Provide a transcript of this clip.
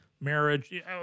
marriage